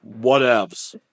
Whatevs